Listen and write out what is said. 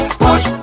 push